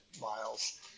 miles